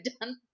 done